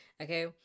okay